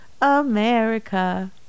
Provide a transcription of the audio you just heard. America